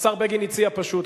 השר בגין הציע פשוט,